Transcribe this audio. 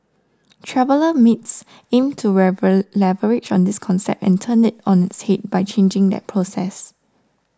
Traveller Mates aims to leverage on this concept and turn it on its head by changing that process